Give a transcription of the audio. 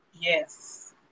Yes